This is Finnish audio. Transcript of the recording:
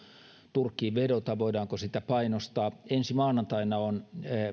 turkkiin vedota voidaanko sitä painostaa ensi maanantaina on